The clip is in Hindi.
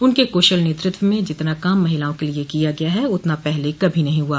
उनके कुशल नेतृत्व में जितना काम महिलाओं के लिए किया गया है उतना पहले कभी नहीं हुआ